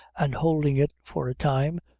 and holding it for a time,